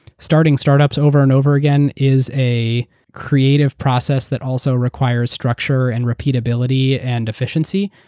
starting startups over and over again is a creative process that also requires structure, and repeatability, and efficiency.